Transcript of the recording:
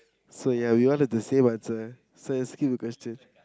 so ya we wanted to say but so let's skip question